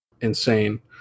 insane